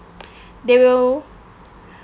they'll